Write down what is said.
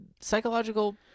psychological